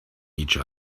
each